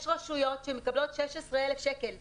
יש רשויות שמקבלות 16,000 שקלים לשנה.